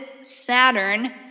Saturn